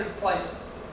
places